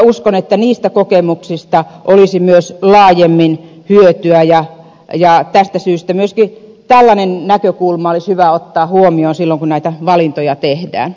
uskon että niistä kokemuksista olisi myös laajemmin hyötyä ja tästä syystä myöskin tällainen näkökulma olisi hyvä ottaa huomioon silloin kun näitä valintoja tehdään